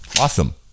Awesome